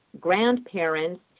grandparents